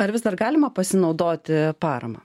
ar vis dar galima pasinaudoti parama